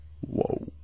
Whoa